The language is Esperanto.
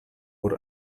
por